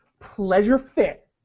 pleasure-fit